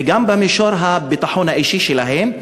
וגם במישור הביטחון האישי שלהם?